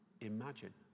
imagine